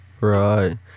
right